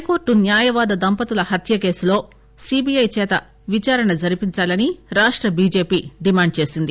high court న్యాయవాద దంపతుల హత్య కేసులో సిబిఐ చేత విచారణ జరిపించాలని రాష్ట బిజెపి డిమాండ్ చేసింది